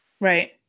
Right